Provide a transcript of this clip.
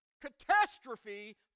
catastrophe